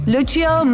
Lucio